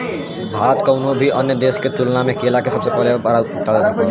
भारत कउनों भी अन्य देश के तुलना में केला के सबसे बड़ उत्पादक ह